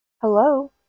Hello